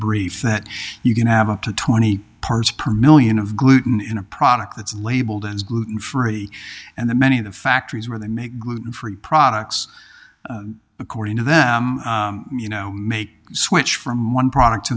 brief that you can have up to twenty parts per million of gluten in a product that's labeled as gluten free and that many of the factories where they make gluten free products according to them you know make switch from one product to